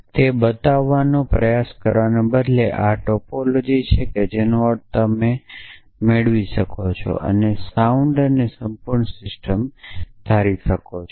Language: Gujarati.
તે બતાવવાનો પ્રયાસ કરવાને બદલે આ ટોપોલોજી છે જેનો અર્થ છે કે તમે તે મેળવી શકો છો અને સાઉન્ડ અને સંપૂર્ણ સિસ્ટમ ધારી શકો છો